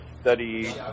study